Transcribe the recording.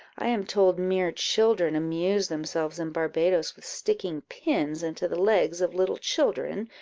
i am told, mere children amuse themselves in barbadoes with sticking pins into the legs of little children,